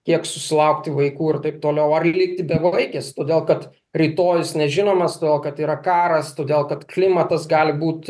kiek susilaukti vaikų ir taip toliau ar likti bevaikės todėl kad rytojus nežinomas todėl kad tai yra karas todėl kad klimatas gali būt